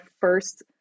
first